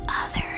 others